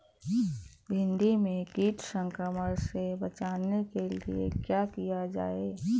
भिंडी में कीट संक्रमण से बचाने के लिए क्या किया जाए?